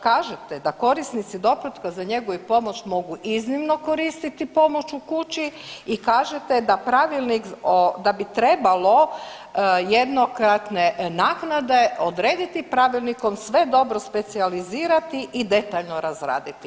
Kažete da korisnici doplatka za njegu i pomoć mogu iznimno koristiti pomoć u kući i kažete da pravilnik o, da bi trebalo jednokratne naknade odrediti pravilnikom sve dobro specijalizirati i detaljno razraditi.